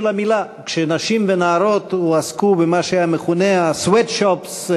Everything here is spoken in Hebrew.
כשנשים ונערות הועסקו במה שהיה מכונה sweatshops,